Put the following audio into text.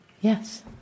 Yes